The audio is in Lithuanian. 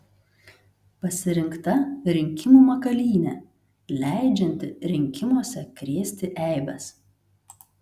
pasirinkta rinkimų makalynė leidžianti rinkimuose krėsti eibes